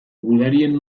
gudarien